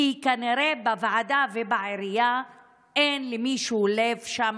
כי כנראה בוועדה ובעירייה אין למישהו לב שם